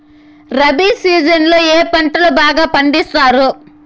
rabi season లో ఏ పంటలు బాగా పండిస్తారు